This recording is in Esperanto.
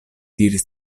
diris